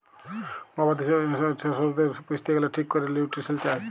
গবাদি পশ্য পশুদের পুইসতে গ্যালে ঠিক ক্যরে লিউট্রিশল চায়